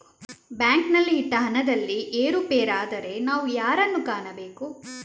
ಬ್ಯಾಂಕಿನಲ್ಲಿ ಇಟ್ಟ ಹಣದಲ್ಲಿ ಏರುಪೇರಾದರೆ ನಾವು ಯಾರನ್ನು ಕಾಣಬೇಕು?